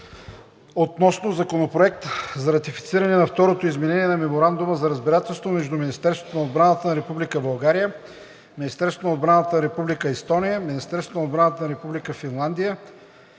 относно Законопроект за ратифициране на Второто изменение на Меморандума за разбирателство между Министерството на отбраната на Република България, Министерството на отбраната на Република Естония, Министерството на отбраната на Република Финландия,